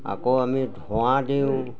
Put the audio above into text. আকৌ আমি ধোঁৱা দিওঁ